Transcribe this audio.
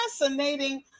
fascinating